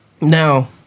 now